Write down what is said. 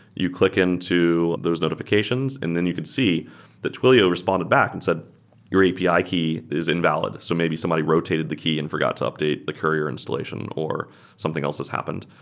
you click into those notifications and then you could see that twilio responded back and said your api key is invalid. so maybe somebody rotated the key and forgot to update the courier installation or something else has happened.